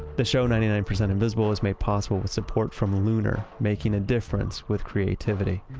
the show ninety nine percent invisible is made possible with support from lunar, making a difference with creativity.